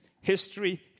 history